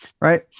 Right